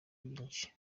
byinshi